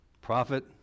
prophet